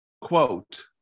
Quote